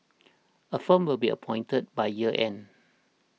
a firm will be appointed by year end